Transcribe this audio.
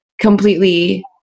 completely